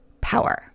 power